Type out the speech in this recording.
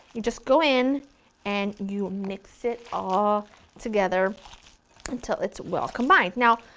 you just go in and you mix it all together until it's well combined. now,